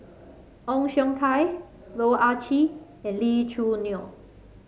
Ong Siong Kai Loh Ah Chee and Lee Choo Neo